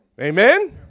Amen